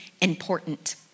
important